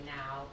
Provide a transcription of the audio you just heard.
now